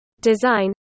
Design